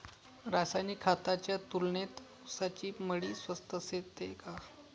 रासायनिक खतांच्या तुलनेत ऊसाची मळी स्वस्त असते का?